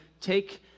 take